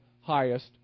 highest